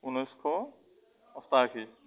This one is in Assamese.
ঊনৈছশ অষ্টাশী